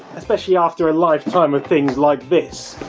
especially after a lifetime of things like this.